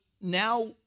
now